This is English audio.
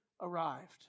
arrived